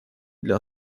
для